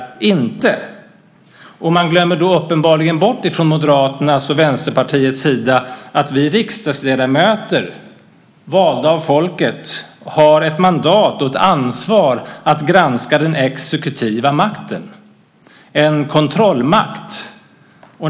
Man glömmer uppenbarligen bort från Moderaternas och Vänsterpartiets sida att vi riksdagsledamöter, valda av folket, har ett mandat och ett ansvar för att granska den exekutiva makten - en kontrollmakt.